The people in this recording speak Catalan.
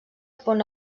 pon